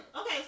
Okay